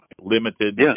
limited